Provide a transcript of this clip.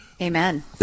Amen